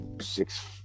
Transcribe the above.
six